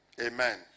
Amen